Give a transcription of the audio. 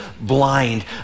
blind